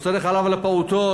מוצרי חלב לפעוטות,